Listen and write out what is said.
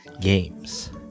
games